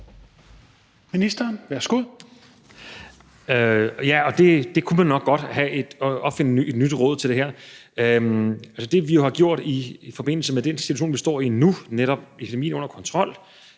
(Magnus Heunicke): Det kunne man nok godt, altså opfinde et nyt råd til det her. Det, vi jo har gjort i forbindelse med den situation, vi står i nu, hvor vi netop har epidemien under kontrol,